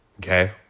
okay